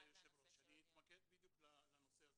גברתי יושבת הראש, אני אתמקד בדיוק לנושא הזה.